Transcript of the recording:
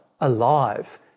alive